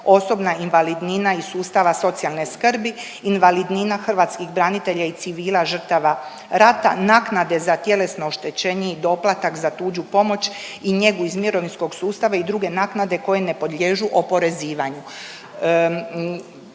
osobna invalidnina iz sustava socijalne skrbi, invalidnina hrvatskih branitelja i civila žrtava rata, naknade za tjelesno oštećenje i doplatak za tuđu pomoć i njegu iz mirovinskog sustava i druge naknade koje ne podliježu oporezivanju.